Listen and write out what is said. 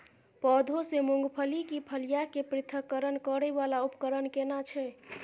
पौधों से मूंगफली की फलियां के पृथक्करण करय वाला उपकरण केना छै?